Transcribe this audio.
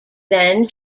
then